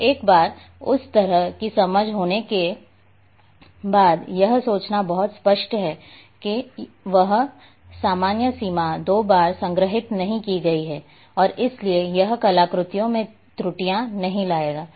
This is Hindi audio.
और एक बार उस तरह की समझ होने के बाद यह सोचना बहुत स्पष्ट है कि यह सामान्य सीमा दो बार संग्रहीत नहीं की गई है और इसलिए यह कलाकृतियों में त्रुटियां नहीं लाएगा